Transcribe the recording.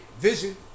vision